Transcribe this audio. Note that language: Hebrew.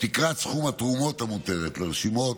תקרת סכום התרומות המותרת לרשימות